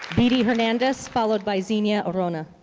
vidi hernandez followed by zennia aronya.